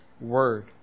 Word